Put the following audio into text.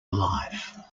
life